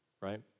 right